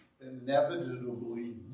inevitably